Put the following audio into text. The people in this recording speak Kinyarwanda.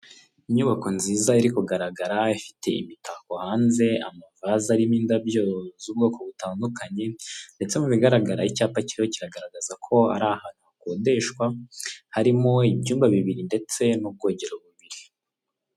Inyubako nziza iri kugaragara ifite imitako hanze, amavase arimo indabyo z'ubwoko butandukanye, ndetse mu bigaragara icyapa kiriho kigaragaza ko ari ahantu hakodeshwa, harimo ibyumba bibiri ndetse n'ubwogero bubiri.